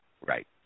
right